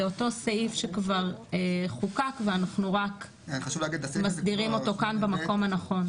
זה אותו סעיף שכבר חוקק ואנחנו רק מסדירים אותו כאן במקום הנכון.